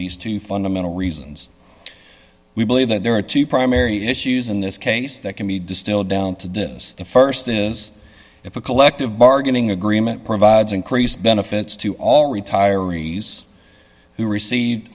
these two fundamental reasons we believe that there are two primary issues in this case that can be distilled down to this the st is if a collective bargaining agreement provides increased benefits to all retirees who received